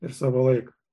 ir savo laiką